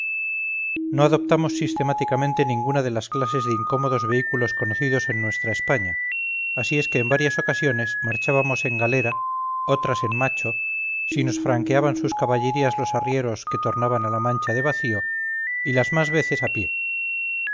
no adoptamos sistemáticamente ninguna de las clases de incómodos vehículos conocidos en nuestra españa así es que en varias ocasiones marchábamos en galera otras en macho si nos franqueaban sus caballerías los arrieros que tornaban a la mancha de vacío y las más veces a pie